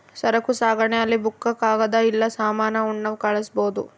ಸರಕು ಸಾಗಣೆ ಅಲ್ಲಿ ಬುಕ್ಕ ಕಾಗದ ಇಲ್ಲ ಸಾಮಾನ ಉಣ್ಣವ್ ಕಳ್ಸ್ಬೊದು